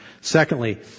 Secondly